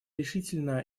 решительно